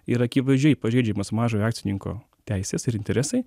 yra akivaizdžiai pažeidžiamas mažojo akcininko teisės ir interesai